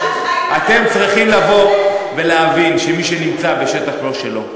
אתם צריכים לבוא ולהבין שמי שנמצא בשטח לא שלו,